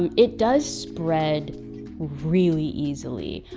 um it does spread really easily.